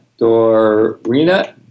Dorina